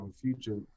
future